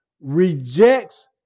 rejects